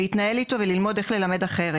להתנהל איתו וללמוד כיצד ללמד אחרת.